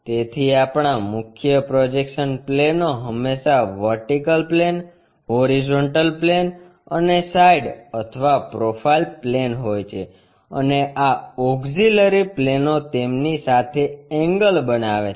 તેથી આપણા મુખ્ય પ્રોજેક્શન પ્લેનો હંમેશા વર્ટિકલ પ્લેન હોરીઝોન્ટલ પ્લેન અને સાઇડ અથવા પ્રોફાઇલ પ્લેન હોય છે અને આ ઓક્ષીલરી પ્લેનો તેમની સાથે એન્ગ્લ બનાવે છે